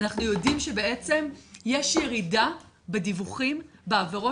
אנחנו יודעים שבעצם יש ירידה בדיווחים בעבירות.